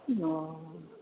ओ